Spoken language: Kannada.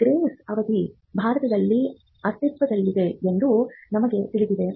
ಗ್ರೇಸ್ ಅವಧಿ ಭಾರತದಲ್ಲಿ ಅಸ್ತಿತ್ವದಲ್ಲಿದೆ ಎಂದು ನಮಗೆ ತಿಳಿದಿದೆ